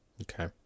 Okay